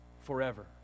forever